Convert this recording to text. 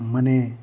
ಮನೆ